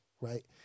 right